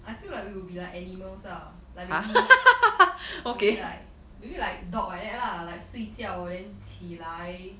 I feel like we will be like animals lah like maybe maybe like maybe like dog like that lah like 睡觉 then 起来